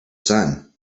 sun